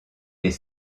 les